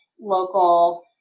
local